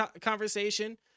conversation